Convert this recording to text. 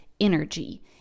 energy